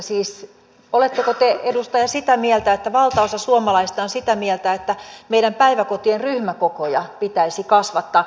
siis oletteko te edustaja sitä mieltä että valtaosa suomalaisista on sitä mieltä että meidän päiväkotiemme ryhmäkokoja pitäisi kasvattaa